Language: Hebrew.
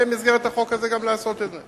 יהיה במסגרת החוק הזה לעשות את זה.